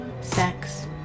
sex